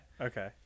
Okay